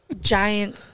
giant